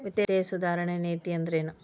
ವಿತ್ತೇಯ ಸುಧಾರಣೆ ನೇತಿ ಅಂದ್ರೆನ್